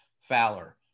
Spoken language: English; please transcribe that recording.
Fowler